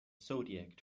zodiac